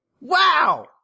Wow